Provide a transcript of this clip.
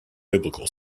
biblical